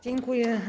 Dziękuję.